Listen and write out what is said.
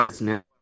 now